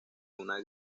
una